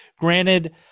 Granted